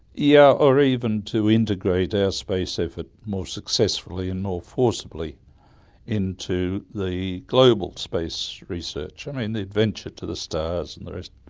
yeah or even to integrate our space effort more successfully and more forcibly into the global space research. i mean, the adventure to the stars and the rest.